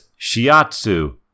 Shiatsu